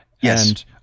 Yes